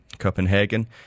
copenhagen